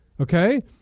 Okay